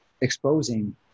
exposing